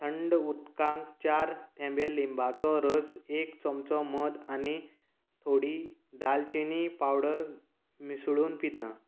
थंड उदकांत चार थेंबे लिंबाचो रस एक चमचो मध आनी थोडी दालचिनी पावडर मिसळून पिता